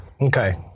Okay